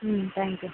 ம் thank you